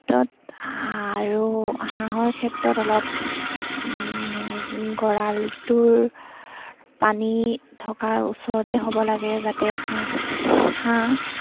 ত আৰু হাঁহৰ ক্ষেত্ৰত অলপ গঁৰালটোৰ পানী থকাৰ ওচৰতে হ'ব লাগে যাতে হাঁহ হাঁহ